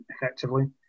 effectively